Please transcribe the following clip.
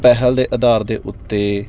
ਪਹਿਲ ਦੇ ਆਧਾਰ ਦੇ ਉੱਤੇ